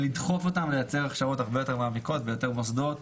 לדחוף אותם לייצר הכשרות הרבה יותר מעמיקות ביותר מוסדות,